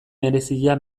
berezia